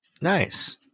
nice